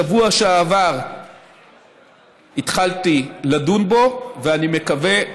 בשבוע שעבר התחלתי לדון בו, ואני מקווה,